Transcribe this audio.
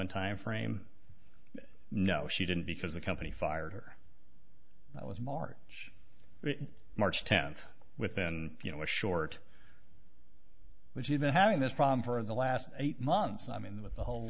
and timeframe no she didn't because the company fired her it was march march tenth within you know a short which we've been having this problem for the last eight months i mean with the whole